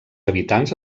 habitants